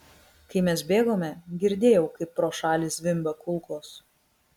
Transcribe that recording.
kai mes bėgome girdėjau kaip pro šalį zvimbia kulkos